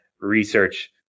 research